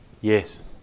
yes